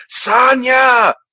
Sanya